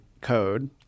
code